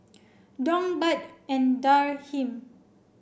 Dong Baht and Dirham